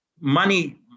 money